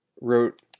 wrote